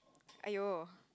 !aiyo!